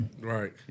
Right